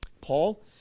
Paul